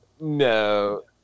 No